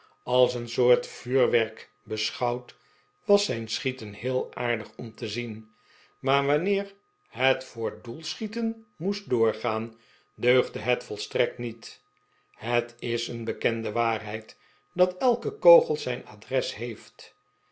als een soort vuurwerk beschouwd was zijn schieten heel aardig om te zien maar wanneer het voor doelschieten moest doorgaan deugde het volstrekt niet het is een bekende waarheid dat elke kogel zijn adres heeft